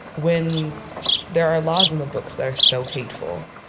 when there are laws on the books that are so hateful,